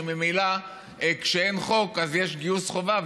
וממילא כשאין חוק אז יש גיוס חובה,